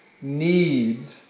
need